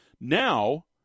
Now